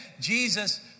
Jesus